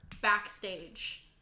backstage